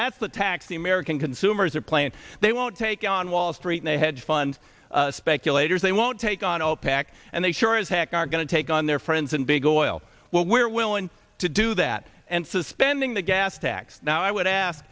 that's the tax the american consumers are playing they won't take on wall street they hedge fund speculators they won't take on opec and they sure as heck are going to take on their friends and big oil well we're willing to do that and suspending the gas tax now i would ask